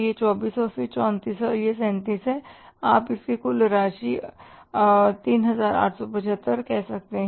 यह 24 और फिर 34 है और यह 37 है आप इसकी कुल राशि 3875 कह सकते हैं